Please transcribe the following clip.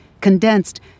Condensed